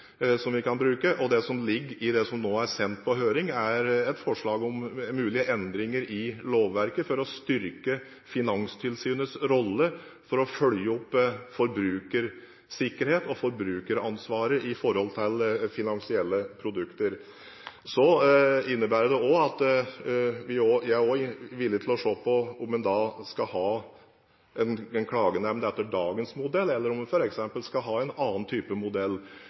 vi kan bruke. Det som ligger i det som nå er sendt på høring, er et forslag om mulige endringer i lovverket for å styrke Finanstilsynets rolle vedrørende å følge opp forbrukersikkerhet og forbrukeransvaret når det gjelder finansielle produkter. Det innebærer også at jeg er villig til å se på om en da skal ha en klagenemnd etter dagens modell, eller om en f.eks. skal ha en annen type modell.